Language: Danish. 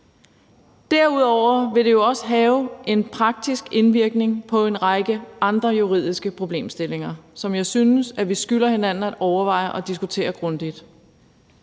Derudover vil det jo også have en praktisk indvirkning på en række andre juridiske problemstillinger, som jeg synes vi skylder hinanden at overveje og diskutere grundigt.